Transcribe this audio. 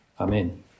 Amen